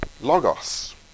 logos